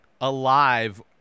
alive